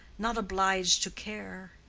not obliged to care.